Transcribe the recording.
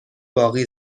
باقی